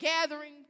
gathering